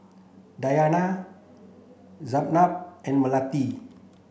Dayana Zaynab and Melati